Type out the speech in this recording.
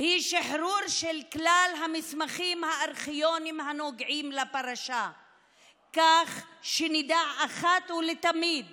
היא שחרור של כלל המסמכים הארכיוניים הנוגעים לפרשה כך שנדע אחת ולתמיד